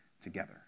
together